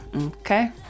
Okay